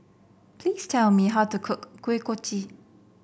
please tell me how to cook Kuih Kochi